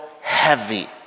heavy